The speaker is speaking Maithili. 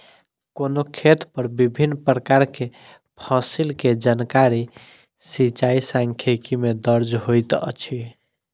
कोनो खेत पर विभिन प्रकार के फसिल के जानकारी सिचाई सांख्यिकी में दर्ज होइत अछि